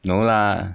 no lah